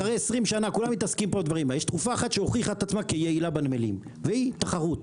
אחרי 20 שנה יש תרופה אחת שהוכיחה את עצמה יעילה בנמלים תחרות.